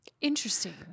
Interesting